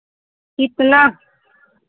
कितना